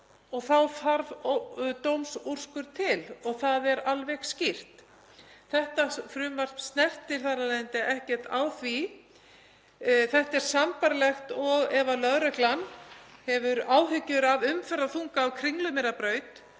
og þá þarf dómsúrskurð til og það er alveg skýrt. Þetta frumvarp snertir þar af leiðandi ekkert á því. Þetta er sambærilegt því ef lögreglan hefur áhyggjur af umferðarþunga á Kringlumýrarbraut